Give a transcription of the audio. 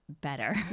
better